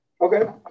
Okay